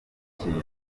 kintu